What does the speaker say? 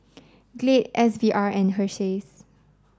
Glade S V R and Hersheys